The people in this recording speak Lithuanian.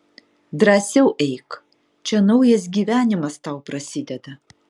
drąsiau eik čia naujas gyvenimas tau prasideda